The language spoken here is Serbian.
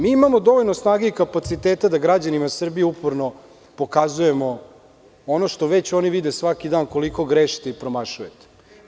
Mi imamo dovoljno snage i kapaciteta da građanima Srbije uporno pokazujemo ono što već oni vide svaki dan koliko grešite i promašujete.